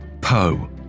Poe